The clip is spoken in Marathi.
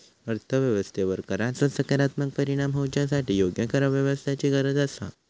अर्थ व्यवस्थेवर कराचो सकारात्मक परिणाम होवच्यासाठी योग्य करव्यवस्थेची गरज आसा